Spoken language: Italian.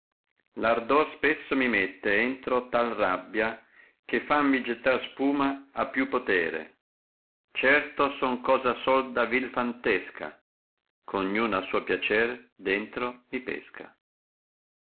ardor spesso mi mette entro tal rabbia che fammi gettar spuma a più potere certo son cosa sol da vii fantesca ch ogn un a suo piacer dentro mi pesca